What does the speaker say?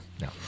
No